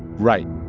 right